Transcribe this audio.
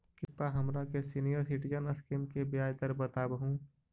कृपा हमरा के सीनियर सिटीजन स्कीम के ब्याज दर बतावहुं